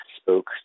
spoke